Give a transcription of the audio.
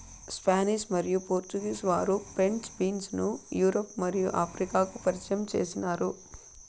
Spanish మరియు Portuguese వారు French beans ను యూరప్ మరియు ఆఫ్రికాకు పరిచయం చేసినారు